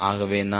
ஆகவே நான் 0